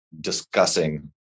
discussing